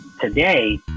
Today